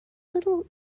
little